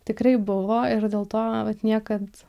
tikrai buvo ir dėl to vat niekad